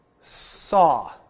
saw